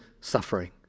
suffering